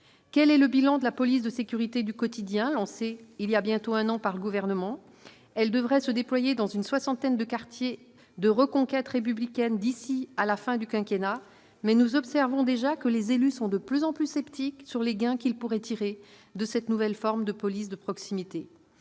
Quel est le bilan de la police de sécurité du quotidien lancée voilà bientôt un an par le Gouvernement ? Elle devrait se déployer dans une soixantaine de quartiers de reconquête républicaine d'ici à la fin du quinquennat. Toutefois, nous l'observons d'ores et déjà, les élus sont de plus en plus sceptiques sur les gains qu'ils pourraient tirer de cette nouvelle forme de « police de proximité